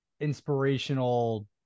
inspirational